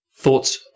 Thoughts